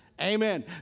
Amen